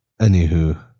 Anywho